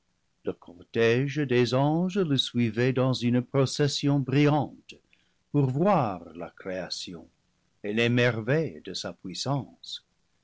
le cortége des anges le suivait dans une procession bril lante pour voir la création et les merveilles de sa puissance